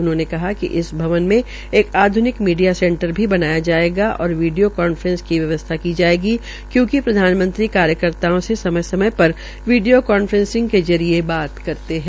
उन्होंने कहा कि इस भवन में आध्निक मीडिया सेंटर बनाया जायेगा और वीडियो कांफ्रेसिंग की व्यवस्था की जायेगी कयूंकि प्रधानमंत्री कार्यकर्ताओं से समय समय पर वीडियो कांफ्रेसिंग के जरिये बात करते है